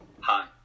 hi